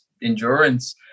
endurance